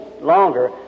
longer